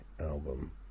album